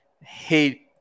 hate